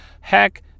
Heck